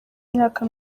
imyaka